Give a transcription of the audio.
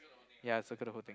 ya circle the whole thing